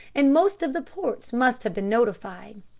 and most of the ports must have been notified.